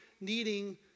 needing